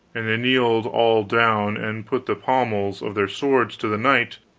and they kneeled all down and put the pommels of their swords to the knight,